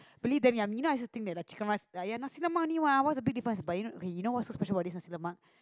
believe them yummy now is the thing that the chicken rice ya lah nasi-lemak only [what] what the big difference but you know you know what special about this nasi-lemak